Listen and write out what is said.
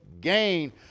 gain